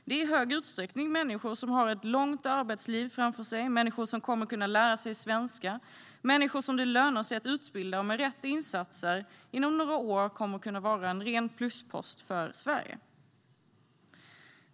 Det är i stor utsträckning människor som har ett långt arbetsliv framför sig, som kommer att kunna lära sig svenska, som det lönar sig att utbilda och som med rätt insatser kommer att kunna vara en ren pluspost för Sverige inom några år.